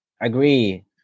agree